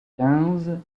quinze